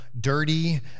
dirty